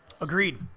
Agreed